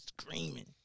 screaming